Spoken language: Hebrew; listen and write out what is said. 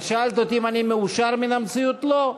את שאלת אותי אם אני מאושר מן המציאות, לא,